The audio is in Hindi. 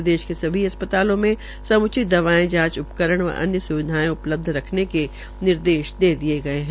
प्रदेश के सभी अस्पतालों मे सम्चित दवायें जांच उपकरण व अन्य सुविधायें उपलब्ध रखने के निर्देश दिये है